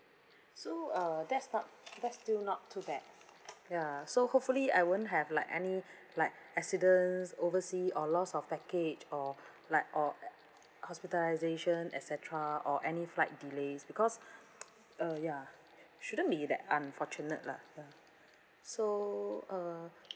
so uh that's not that's still not too bad ya so hopefully I won't have like any like accidents oversea or loss of package or like or hospitalisation et cetera or any flight delays because uh ya shouldn't be that unfortunate lah ya so uh